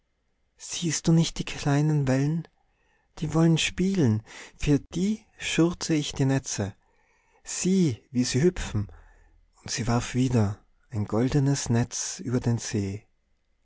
siehst du nicht die kleinen wellen die wollen spielen für die schürze ich die netze sieh wie sie hüpfen und sie warf wieder ein goldenes netz über den see